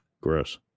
gross